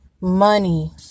money